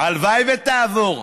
הלוואי שתעבור.